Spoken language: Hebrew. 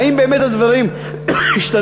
האם באמת הדברים השתנו?